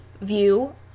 view